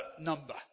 number